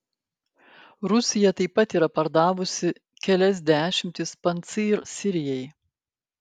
rusija taip pat yra pardavusi kelias dešimtis pancyr sirijai